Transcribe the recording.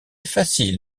facile